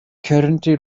currently